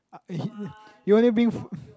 he only bring